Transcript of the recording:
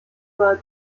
war